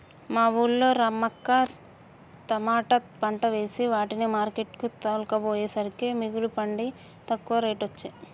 మా వూళ్ళో రమక్క తమాట పంట వేసే వాటిని మార్కెట్ కు తోల్కపోయేసరికే మిగుల పండి తక్కువ రేటొచ్చె